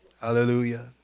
Hallelujah